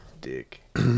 Dick